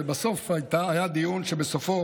ובסוף היה דיון שבסופו